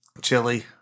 Chili